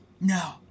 No